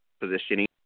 positioning